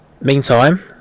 meantime